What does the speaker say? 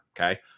okay